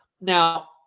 now